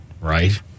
right